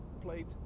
played